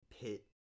pit